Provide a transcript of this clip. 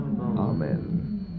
Amen